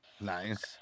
Nice